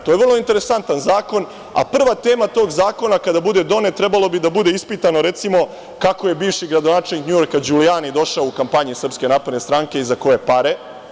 Ovo je vrlo interesantan zakon, a prva tema tog zakona, kada bude donet, trebalo bi da bude ispitano, recimo, kako je bivši gradonačelnik NJujorka Đulijani došao u kampanje Srpske napredne stranke i za koje pare?